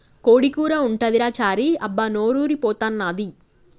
కోడి కూర ఉంటదిరా చారీ అబ్బా నోరూరి పోతన్నాది